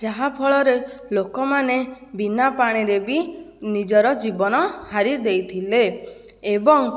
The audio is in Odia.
ଯାହାଫଳରେ ଲୋକମାନେ ବିନା ପାଣିରେ ବି ନିଜର ଜୀବନ ହାରିଦେଇଥିଲେ ଏବଂ